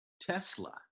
Tesla